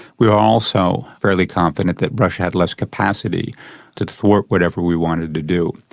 we were also fairly confident that russia had less capacity to thwart whatever we wanted to do.